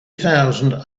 thousand